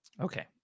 Okay